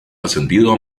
ascendido